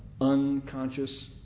unconscious